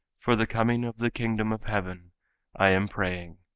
for the coming of the kingdom of heaven i am praying.